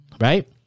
Right